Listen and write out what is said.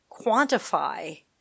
quantify